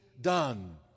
done